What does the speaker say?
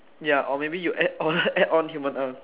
ya or maybe you add on add on human arms